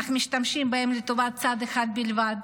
אך משתמשים בהם לטובת צד אחד בלבד,